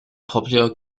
popular